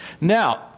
Now